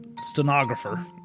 stenographer